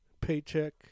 Paycheck